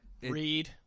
read